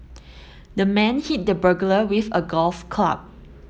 the man hit the burglar with a golf club